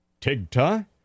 TIGTA